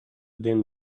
din